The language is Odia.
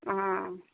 ହଁ